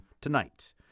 tonight